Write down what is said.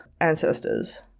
ancestors